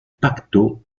pacto